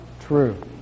true